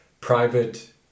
private